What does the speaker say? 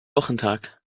wochentag